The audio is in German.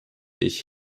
ich